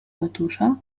ratusza